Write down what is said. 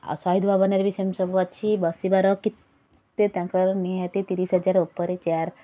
ଆଉ ସହିଦଭବନରେ ବି ସେମତି ସବୁ ଅଛି ବସିବାର କି ତେ ତାଙ୍କର ନିହାତି ତିରିଶହଜାର ଉପରେ ଚେୟାର